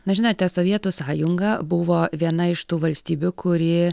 na žinote sovietų sąjunga buvo viena iš tų valstybių kuri